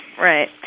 Right